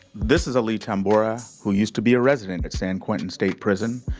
this is aly tamboura, who used to be a resident at san quentin state prison.